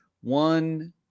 one